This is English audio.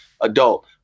adult